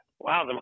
Wow